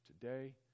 Today